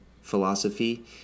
philosophy